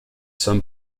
some